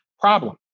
problem